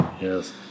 Yes